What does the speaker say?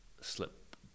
slip